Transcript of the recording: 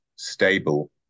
stable